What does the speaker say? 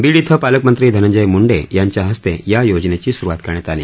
बीड इथं पालकमंत्री धनंजय मुंडे यांच्या हस्ते या योजनेची सुरुवात करण्यात आली